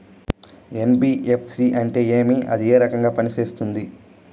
NBFC అంటే ఏమి అది ఏ రకంగా పనిసేస్తుంది